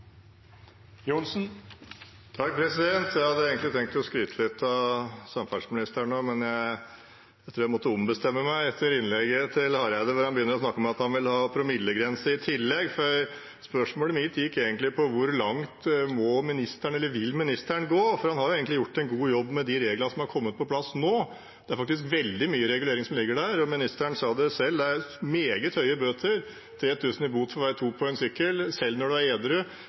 Jeg hadde egentlig tenkt å skryte litt av samferdselsministeren nå, men jeg tror jeg må ombestemme meg etter innlegget til Hareide, for han begynte å snakke om at han vil ha promillegrense i tillegg. Spørsmålet mitt gikk egentlig på hvor langt ministeren vil gå, for han har egentlig gjort en god jobb med de reglene som har kommet på plass nå. Det er faktisk veldig mye regulering som ligger der. Ministeren sa selv at det er meget høye bøter. 3 000 kr i bot for å være to på én sykkel, selv når man er edru,